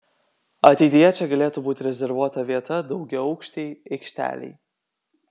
ateityje čia galėtų būti rezervuota vieta daugiaaukštei aikštelei